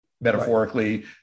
metaphorically